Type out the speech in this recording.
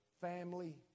family